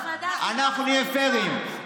לא,